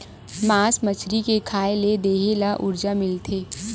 मास मछरी के खाए ले देहे ल उरजा मिलथे